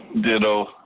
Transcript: Ditto